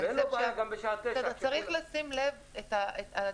ואין לו בעיה גם בשעה 21:00. צריך לשים לב לדיוק.